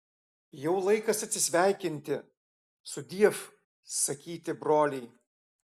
jau laikas atsisveikinti sudiev sakyti broliai